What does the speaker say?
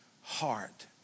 heart